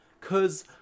cause